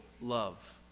love